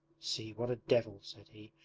see, what a devil said he,